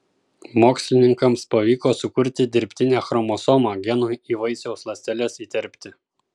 mokslininkams pavyko sukurti dirbtinę chromosomą genui į vaisiaus ląsteles įterpti